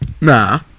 Nah